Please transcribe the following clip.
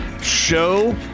show